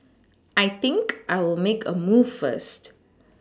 I think I'll make a move first